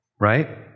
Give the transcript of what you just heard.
right